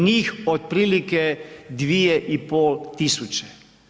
Njih otprilike 2500 tisuće.